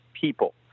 people